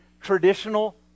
traditional